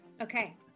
Okay